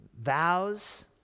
Vows